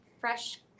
fresh